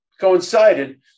coincided